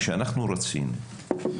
כשאנחנו רצינו,